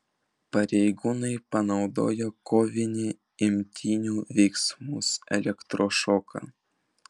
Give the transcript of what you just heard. pareigūnai panaudojo kovinių imtynių veiksmus elektrošoką